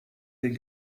den